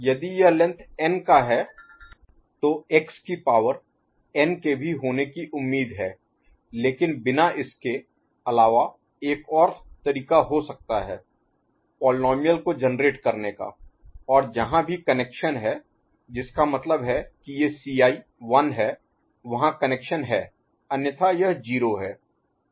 यदि यह length n का है तो x की पावर n के भी होने की उम्मीद है लेकिन बिना इसके अलावा एक और तरीका हो सकता है पोलीनोमिअल को जेनेरेट करने का और जहां भी कनेक्शन है जिसका मतलब है कि ये Ci 1 हैं वहाँ कनेक्शन है अन्यथा यह 0 है